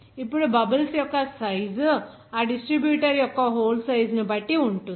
ఇప్పుడు బబుల్స్ యొక్క సైజు ఆ డిస్ట్రిబ్యూటర్ యొక్క హోల్ సైజు ని బట్టి ఉంటుంది